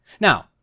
Now